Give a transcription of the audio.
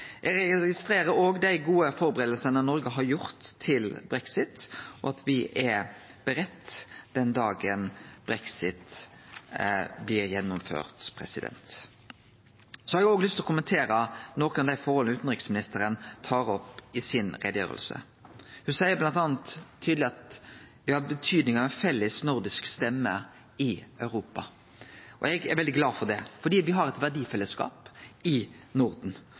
Eg registrerer òg dei gode førebuingane Noreg har gjort til brexit, og at me er budde den dagen brexit blir gjennomført. Så har eg lyst til å kommentere nokre av dei forholda utanriksministeren tar opp i utgreiinga si. Ho seier bl.a. tydeleg at ei felles nordisk stemme i Europa har betydning. Eg er veldig glad for det, fordi me har eit verdifellesskap i Norden,